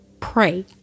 Pray